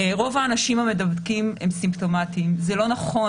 "רוב האנשים המדבקים הם סימפטומטיים" זה לא נכון.